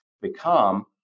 become